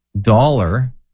dollar